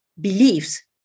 beliefs